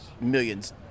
millions